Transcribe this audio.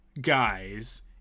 guys